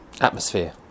atmosphere